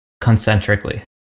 concentrically